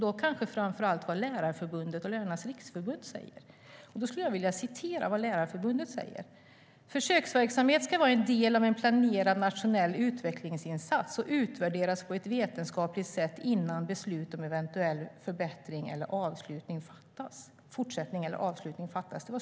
Det gäller framför allt vad Lärarförbundet och Lärarnas Riksförbund säger. Lärarförbundet säger att "försöksverksamheter bör vara en del av en planerad nationell utvecklingsinsats och utvärderas på ett vetenskapligt sätt innan beslut om eventuell fortsättning eller avslutning fattas".